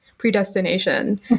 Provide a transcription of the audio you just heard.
predestination